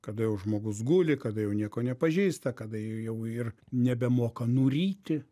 kada jau žmogus guli kada jau nieko nepažįsta kada jau ir nebemoka nuryti